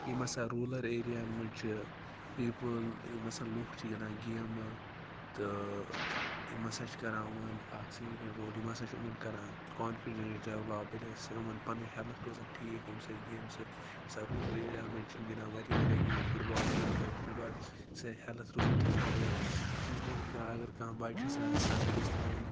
یِم ہَسا روٗلَر ایریاہَن منٛز چھِ پیٖپٕل یِم ہَسا لُکھ چھِ گِنٛدان گیمہٕ تہٕ یِم ہَسا چھِ کَران یِمَن اَکھ سِگِنِفکینٹ رول یِم ہَسا چھِ یِمَن کَران کانفِڈنٹ ڈیولَاپ ییٚلہِ ہسا یِمَن پَنٕنۍ ہیٚلٕتھ روزان ٹھیٖک امہِ سۭتۍ گیمہِ سۭتۍ ہَسا روٗلَر ایریاہَن منٛز چھِ نہٕ گِنٛدان واریاہ واریاہ game football cricket football سُہ ہی۪لٕتھ روزان ٹھیٖک اگر لوٗکھ کانٛہہ اگرکانٛہہ بَچہِ ہَسا آسہِ سُہ ہَسا گژھِ ترٛاوُن